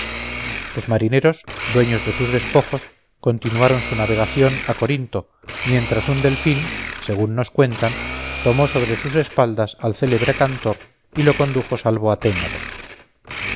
los marineros dueños de sus despojos continuaron su navegación a corinto mientras un delfín según nos cuentan tomó sobre sus espaldas al célebre cantor y lo condujo salvo a ténaro